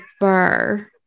bar